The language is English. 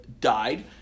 died